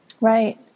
Right